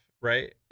right